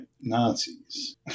Nazis